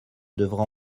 devra